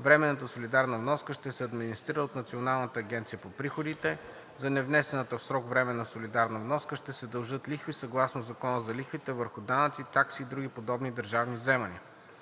Временната солидарна вноска ще се администрира от Националната агенция за приходите. За невнесената в срок временна солидарна вноска ще се дължат лихви съгласно Закона за лихвите върху данъци, такси и други подобни държавни вземания.